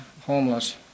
homeless